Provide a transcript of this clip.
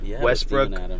Westbrook